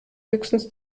höchstens